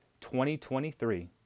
2023